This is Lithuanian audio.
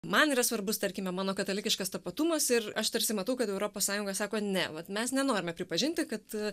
man yra svarbus tarkime mano katalikiškas tapatumas ir aš tarsi matau kad europos sąjunga sako ne vat mes nenorime pripažinti kad